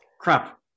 crap